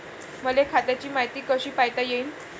मले खात्याची मायती कशी पायता येईन?